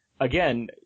again